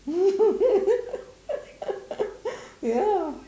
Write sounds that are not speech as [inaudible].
[laughs] ya